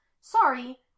Sorry